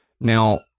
Now